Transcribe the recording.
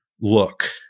look